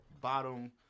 bottom